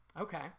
Okay